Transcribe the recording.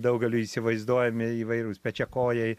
daugeliui įsivaizduojami įvairūs pečiakojai